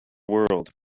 world